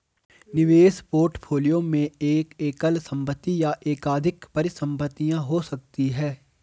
निवेश पोर्टफोलियो में एक एकल संपत्ति या एकाधिक परिसंपत्तियां हो सकती हैं